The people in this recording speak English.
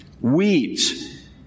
Weeds